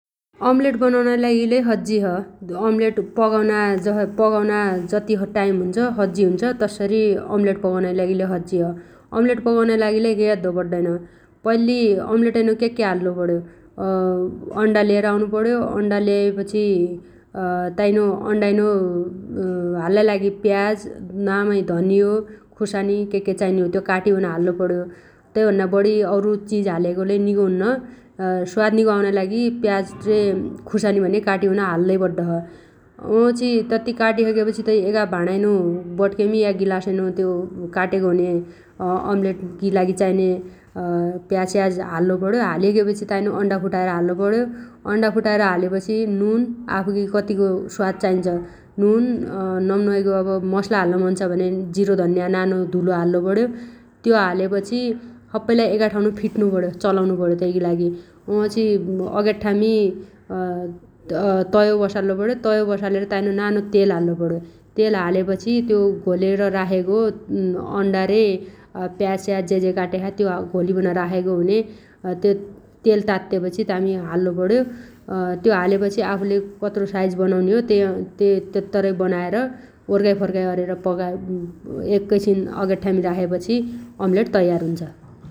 अम्लेट बनाउनाइ लागि लै सज्जी छ । अम्लेट पगाउना जस _पगाउना जति टाइम हुन्छ सज्जि हुन्छ तस्सरी अम्लेट पगाउनाइ लागि लै सज्जी छ । अम्लेट पगाउनाइ लागि लै केइ अद्दो पड्डैन । पैल्ली अम्लेटैनो क्याक्क्या हाल्लो पण्यो अण्डा लिएर आउनुपण्यो । अण्डा ल्यायपछि ताइनो अण्डाइनो हाल्लाइ लागि प्याज नमाइ धनियो खुर्सानी केके चाइने हो त्यो काटीबन हाल्लुपण्यो । तैभन्ना बढि अउरु चिज हालेगो लै निगो हुन्न । अँ स्वाद निगो आउनाइ लागि प्याज रे खुसानी भने काटिबन हाल्लै पड्डोछ । वछी तत्ती काटिसगेपछी तै एगा भाणाइनो बट्गेमी या गिलासैनो त्यो काटेगो हुने अम्लेटगी लागि चाइने अ प्याज स्याज हाल्लो पण्यो । हालिसगेपछि ताइनो अण्डा फुटाएर हाल्लुपण्यो । अण्डा फुटाएर हालेपछी नुन आफुगी कत्तिगो स्वाद चाइन्छ नुन नम्नमाइगो अब मसला हाल्ल मन छ भने जिरो धन्न्या नानो धुलो हाल्लो पण्यो । त्यो हालेपछी सप्पै लाइ एगैठाउनो फिट्नुपण्यो चलाउनुपण्यो तैगीलागि । वछी अगेठ्ठामी तयो बसाल्लु पण्यो । तयो बसालेर ताइनो नानो तेल हाल्लोपण्यो । तेल हालेपछी त्यो घोलेर राखेगो अण्डा रे प्याज स्याज जेजे काट्या छ त्यो घोलिबन राखेगो हुन्या तेल तात्तेपछि तामी हाल्लोपण्यो । त्यो हालेपछि आफुले कत्रो साइज बनाउने हो त्यै_तेत्तरै बनाएर वर्गाइ फर्गाइ अरेर पगाइ एकैछिन अगेठ्ठामी राखेपछि अम्लेट तयार हुन्छ ।